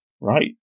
Right